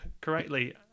correctly